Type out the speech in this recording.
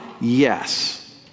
Yes